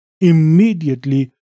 immediately